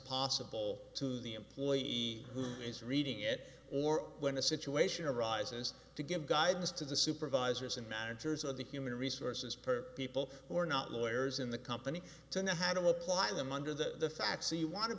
possible to the employee who is reading it or when a situation arises to give guidance to the supervisors and managers of the human resources per people who are not lawyers in the company to know how to apply them under the facts so you want to